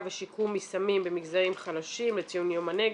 ושיקום מסמים במגזרים חלשים לציון יום הנגב.